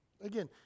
Again